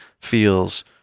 feels